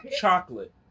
Chocolate